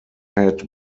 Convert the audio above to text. had